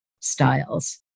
styles